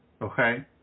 okay